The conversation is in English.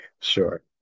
Sure